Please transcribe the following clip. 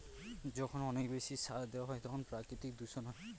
যখন অনেক বেশি সার দেওয়া হয় তখন প্রাকৃতিক দূষণ হয়